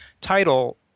title